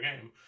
game